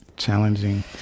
challenging